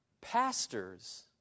pastors